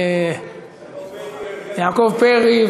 יעקב פרי.